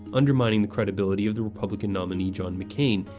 undermining the credibility of the republican nominee john mccain,